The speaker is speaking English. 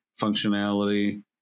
functionality